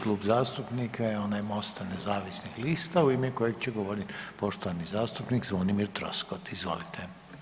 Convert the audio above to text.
Klub zastupnika je onaj Mosta nezavisnih lista u ime kojeg će govoriti poštovani zastupnik Zvonimir Troskot, izvolite.